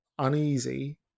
uneasy